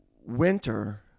winter